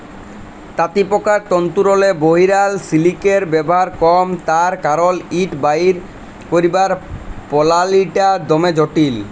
তাঁতিপকার তল্তুরলে বহিরাল সিলিকের ব্যাভার কম তার কারল ইট বাইর ক্যইরবার পলালিটা দমে জটিল